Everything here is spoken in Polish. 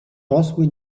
rosły